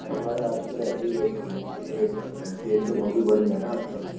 نہیں بھائی آج کل ایسی ہی ریٹ چل رہیں اتنے ہی ریٹ چل رہے ہیں تیل کے بھاؤ بھی بڑھ گئے ہیں نا آج کل